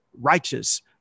righteous